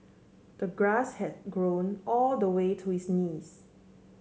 the grass had grown all the way to his knees